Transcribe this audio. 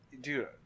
Dude